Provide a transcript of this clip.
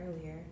earlier